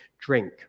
drink